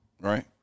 right